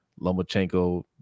Lomachenko